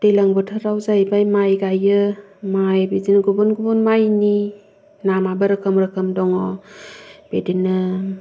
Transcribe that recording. दैज्लां बोथोराव जाहैबाय माइ गायो माइ बिदिनो गुबुन गुबुन माइनि नामाबो रोखोम रोखोम दङ बिदिनो